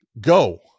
go